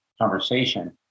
conversation